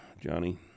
Johnny